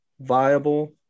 viable